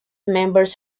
members